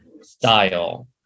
style